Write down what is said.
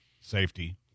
Safety